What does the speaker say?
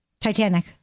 Titanic